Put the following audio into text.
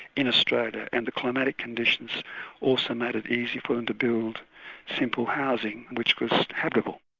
in australia, and the climatic conditions also made it easy for them to build simple housing, which was habitable.